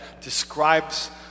describes